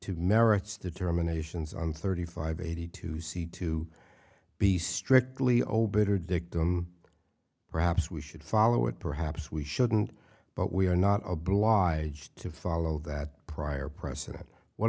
to merits the terminations on thirty five eighty two c to be strictly obiter dictum perhaps we should follow it perhaps we shouldn't but we are not obliged to follow that prior precedent what